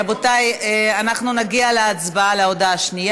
בהתאם להחלטת הכנסת מיום 1 ביוני 2015,